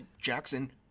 Jackson